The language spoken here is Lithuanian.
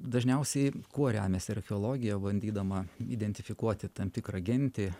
dažniausiai kuo remiasi archeologija bandydama identifikuoti tam tikrą gentį